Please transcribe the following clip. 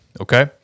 Okay